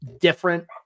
different